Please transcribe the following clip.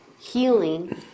healing